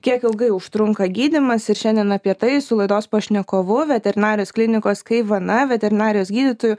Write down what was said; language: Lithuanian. kiek ilgai užtrunka gydymas ir šiandien apie tai su laidos pašnekovu veterinarijos klinikos kaivana veterinarijos gydytoju